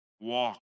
walk